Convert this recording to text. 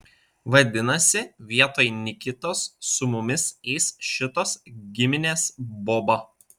vadinasi vietoj nikitos su mumis eis šitos giminės boba